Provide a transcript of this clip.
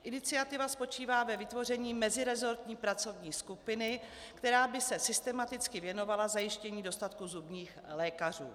Iniciativa spočívá ve vytvoření meziresortní pracovní skupiny, která by se systematicky věnovala zajištění dostatku zubních lékařů.